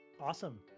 Awesome